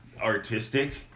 Artistic